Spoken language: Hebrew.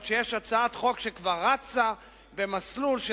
היות שיש הצעת חוק שכבר רצה במסלול של